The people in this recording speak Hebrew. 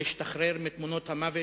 להשתחרר מתמונות המוות